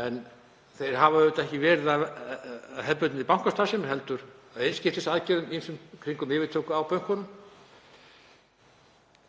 En þær hafa auðvitað ekki verið það af hefðbundinni bankastarfsemi heldur af ýmsum einskiptisaðgerðum í kringum yfirtöku á bönkunum.